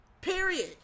period